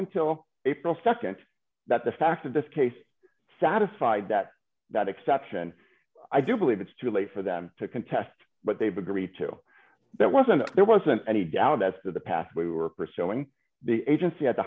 until april nd that the facts of this case satisfied that that exception i do believe it's too late for them to contest but they've agreed to that wasn't there wasn't any doubt as to the path we were pursuing the agency at the